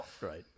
right